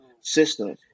system